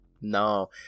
no